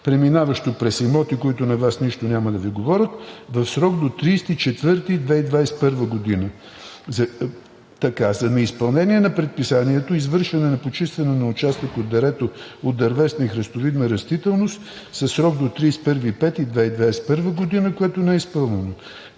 преминаващо през имоти, които на Вас нищо няма да Ви говорят, в срок до 30 април 2021 г. За неизпълнение на предписанието – извършване на почистване на участък от дерето от дървесна и храстовидна растителност със срок до 31 май 2021 г., което не е изпълнено.